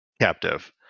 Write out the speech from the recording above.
captive